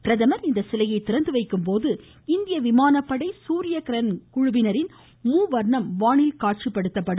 பிரதமர் இந்த சிலையை திறந்துவைக்கும்போது இந்திய விமானப்படையின் சூரிய கிரண் குழுவினரின் மூவர்ணம் வானில் காட்சிப்படுத்தப்படும்